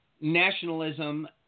nationalism